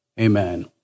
Amen